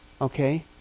okay